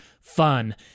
fun